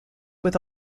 with